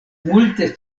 multe